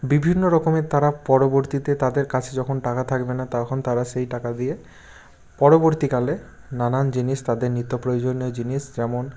বিভিন্ন রকমের তারা পরবর্তীতে তাদের কাছে যখন টাকা থাকবে না তখন তারা সেই টাকা দিয়ে পরবর্তীকালে নানান জিনিস তাদের নিত্য প্রয়োজনীয় জিনিস যেমন